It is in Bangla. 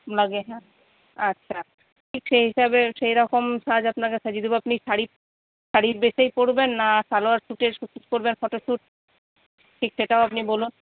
লাগে হ্যাঁ আচ্ছা ঠিক সেই হিসাবে সেইরকম সাজ আপনাকে সাজিয়ে দেব আপনি শাড়ি শাড়ির ড্রেসে করবেন না সালোয়ার স্যুটে শুট করবেন ফটোশুট ঠিক সেটাও আপনি বলুন